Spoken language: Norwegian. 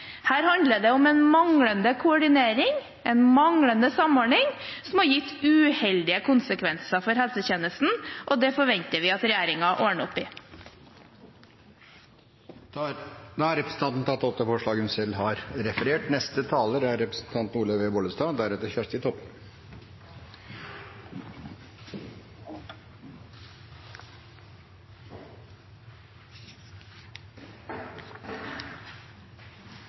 handler om en manglende koordinering, en manglende samordning, som har gitt uheldige konsekvenser for helsetjenesten, og det forventer vi at regjeringen ordner opp i. Representanten Kjerkol har da tatt opp de forslagene hun refererte til. Nå har